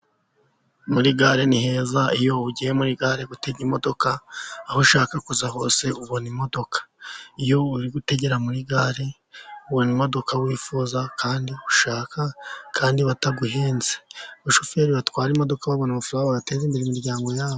Muri gare ni heza. Iyo ugiye muri gare ubona imodoka aho ushaka kujya hose ubona imodoka. Iyo uri gutegera muri gare ubona imodoka wifuza kandi ushaka kandi bataguhenze. Abashoferi batwara imodoka babona amafaranga, bagateza imbere imiryango yabo.